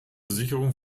sicherung